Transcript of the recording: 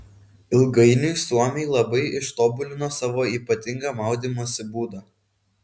ilgainiui suomiai labai ištobulino savo ypatingą maudymosi būdą